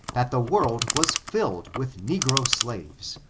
that the world was filled with negro slaves,